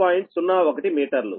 01 మీటర్లు